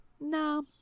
No